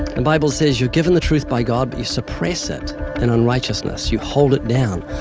the bible says you're given the truth by god, but you suppress it in unrighteousness. you hold it down.